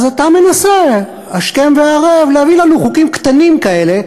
אז אתה מנסה השכם והערב להביא לנו חוקים קטנים כאלה,